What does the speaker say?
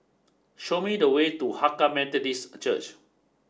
show me the way to Hakka Methodist Church